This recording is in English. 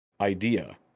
idea